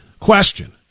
Question